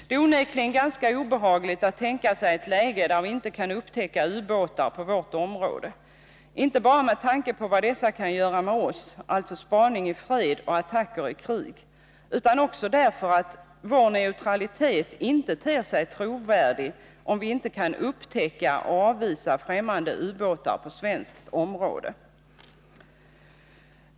Det är onekligen ganska obehagligt att tänka sig ett läge där vi inte kan upptäcka ubåtar på vårt område, inte bara med tanke på vad dessa kan göra med oss, alltså spaning i fred och attacker i krig, utan också därför att vår neutralitet inte ter sig trovärdig, om vi inte kan upptäcka och avvisa främmande ubåtar på svenskt område.